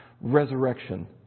resurrection